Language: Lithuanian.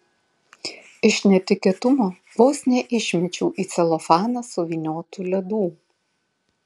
iš netikėtumo vos neišmečiau į celofaną suvyniotų ledų